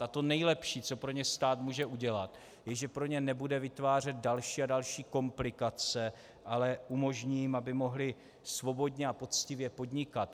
A to nejlepší, co pro ně stát může udělat, je, že pro ně nebude vytvářet další a další komplikace, ale umožní jim, aby mohli svobodně a poctivě podnikat.